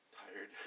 tired